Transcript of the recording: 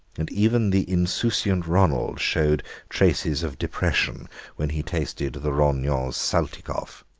and even the insouciant ronald showed traces of depression when he tasted the rognons saltikoff.